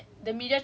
it's wrong like